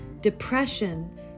depression